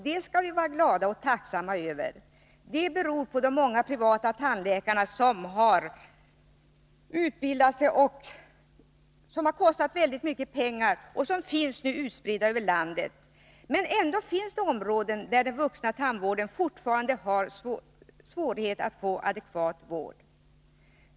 Det skall vi vara glada och tacksamma över. Det beror på de många privata tandläkare som har utbildat sig — en utbildning som har kostat väldigt mycket pengar — och som nu finns utspridda över landet. Men ändå finns det områden där den vuxna befolkningen fortfarande har svårighet att få adekvat tandvård.